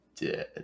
dead